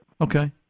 Okay